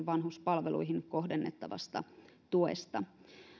vanhuspalveluihin kohdennettavasta tuesta